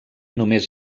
només